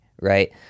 right